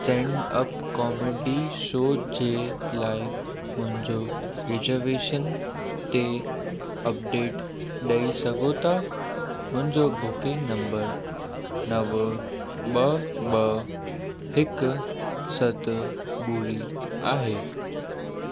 stand up comedy show जे लाइ मुंहिंजो रिजर्वेशन ते अपडेट ॾेई सघो था मुंहिंजो बुकिंग नंबर नव ॿ ॿ हिकु सत ॿुड़ी आहे